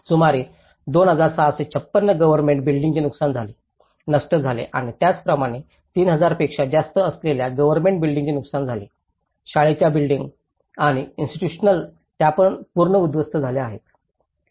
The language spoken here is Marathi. सुमारे 2656 गव्हर्नमेंट बिल्डिंगींचे नुकसान झाले नष्ट झाले आणि त्याचप्रमाणे 3000 पेक्षा जास्त असलेल्या गव्हर्नमेंट बिल्डिंगींचे नुकसान झाले आहे शाळेच्या बिल्डिंगी आणि इन्स्टिट्यूशनल त्या पुन्हा उध्वस्त झाल्या आहेत